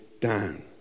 down